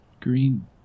Green